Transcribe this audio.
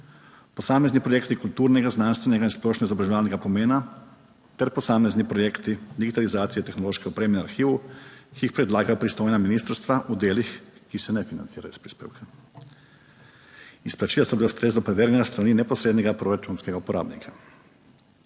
posamezni projekti kulturnega, znanstvenega in splošno izobraževalnega pomena ter posamezni projekti digitalizacije tehnološke opreme in arhivov, ki jih predlagajo pristojna ministrstva, v delih, ki se ne financirajo iz prispevka. Izplačila so bila ustrezno preverjena s strani neposrednega proračunskega uporabnika.